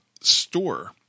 store